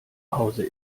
hause